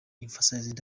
emphasized